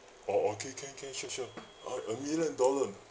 orh orh can can can sure sure uh a million dollar